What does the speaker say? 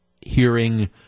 hearing